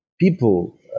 people